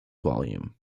volume